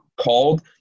called